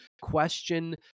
question